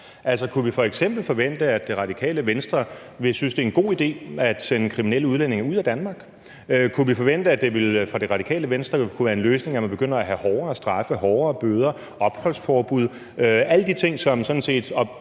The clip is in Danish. Altså, kunne vi f.eks. forvente, at Det Radikale Venstre ville synes, at det var en god idé at sende kriminelle udlændinge ud af Danmark? Kunne vi forvente, at det for Det Radikale Venstre kunne være en løsning, at man begynder at have hårdere straffe, højere bøder, opholdsforbud, altså alle de ting, som sådan set på